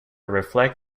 reflect